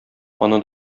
аны